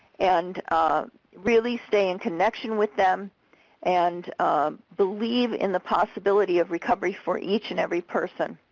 and really state in connection with them and believe in the possibility of recovery for each and every person.